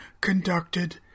conducted